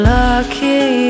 lucky